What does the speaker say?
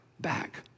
back